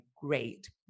great